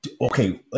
Okay